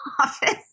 office